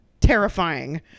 terrifying